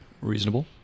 Reasonable